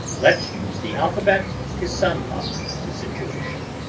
let's use the alphabet to sum up the situation.